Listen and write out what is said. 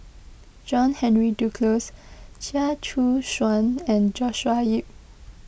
John Henry Duclos Chia Choo Suan and Joshua Ip